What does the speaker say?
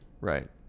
Right